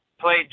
Play